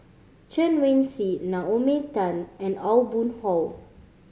Chen Wen Hsi Naomi Tan and Aw Boon Haw